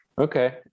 Okay